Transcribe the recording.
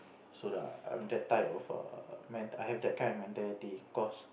so ya I'm that type of a man I have that kind of mentality because